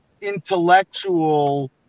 intellectual